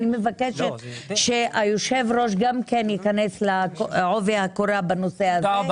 אני מבקשת שהיושב-ראש גם כן יכנס לעובי הקורה בנושא הזה.